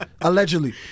allegedly